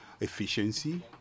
efficiency